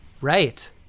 Right